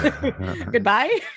Goodbye